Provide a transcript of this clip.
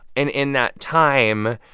and in that time,